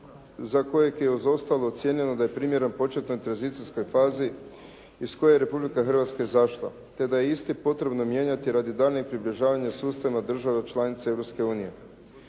za kojeg je uz ostalo ocijenjeno da je primjeren početnoj tranzicijskoj fazi iz koje je Republika Hrvatska izašla te da je isti potrebno mijenjati radi daljnjeg približavanja sustavima država članica